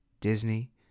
Disney